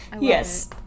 yes